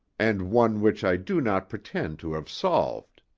and one which i do not pretend to have solved.